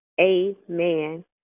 Amen